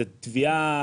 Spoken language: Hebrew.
זו תביעה